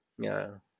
yeah